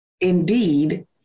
indeed